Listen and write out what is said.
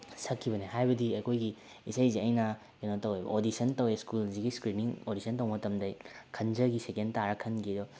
ꯁꯛꯈꯤꯕꯅꯦ ꯍꯥꯏꯕꯗꯤ ꯑꯩꯈꯣꯏꯒꯤ ꯏꯁꯩꯁꯦ ꯑꯩꯅ ꯀꯩꯅꯣ ꯇꯧꯋꯦ ꯑꯣꯗꯤꯁꯟ ꯇꯧꯋꯦ ꯁ꯭ꯀꯨꯜꯁꯤꯒꯤ ꯏꯁꯀ꯭ꯔꯤꯟꯅꯤꯡ ꯑꯣꯗꯤꯁꯟ ꯇꯧꯕ ꯃꯇꯝꯗ ꯑꯩ ꯈꯟꯖꯈꯤ ꯁꯦꯀꯦꯟ ꯇꯥꯔꯒ ꯈꯟꯈꯤ ꯑꯗꯣ